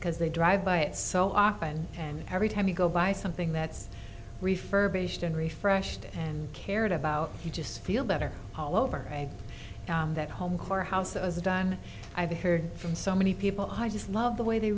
because they drive by it so often and every time you go by something that's refurbished and refreshed and cared about you just feel better all over that home car house as done i've heard from so many people i just love the way they